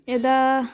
यदा